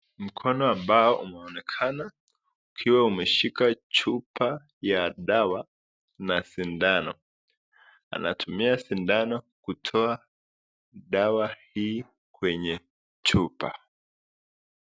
Mkono ambao umeonekana ukiwa umeshika chupa ya dawa na sindano. Anatumia sindano kutoa dawa hii kwenye chupa.